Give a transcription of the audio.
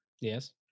Yes